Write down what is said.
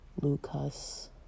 Lucas